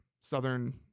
Southern